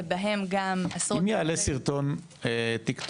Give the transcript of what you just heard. בהם גם עשרות אלפים --- אם יעלה סרטון טיקטוק